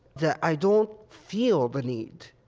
that i don't feel the need.